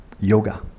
yoga